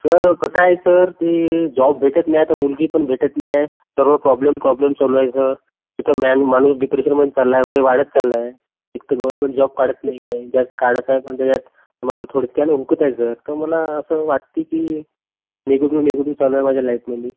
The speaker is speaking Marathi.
सर कसं आहे सर ते जॉब भेटत नाही तर मुलगी पण भेटत नाही आहे सर्व प्रॉब्लेम प्रॉब्लेम चालू आहे सर इथं मॅन माणूस डिप्रेशनमध्ये चालला आहे वय वाढत चाललं आहे एक तर गव्हमेंट जॉब काढत नाही आहे ज्यात काढतं आहे पण त्याच्यात माझं थोडक्यानं हुकतं आहे सर तर मला असं वाटते की निगेटिव निगेटिव्ह चालू आहे माझ्या लाईफमध्ये